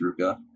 Ruka